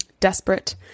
Desperate